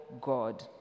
God